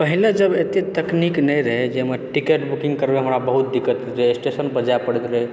पहिले जब एते तकनीक नहि रहै जाहिमे टिकट बुकिंग करबैमे हमरा बहुत दिक्कत होइत रहै जे स्टेशनपर जाइ पड़ैत रहै